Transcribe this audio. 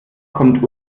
kommt